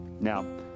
now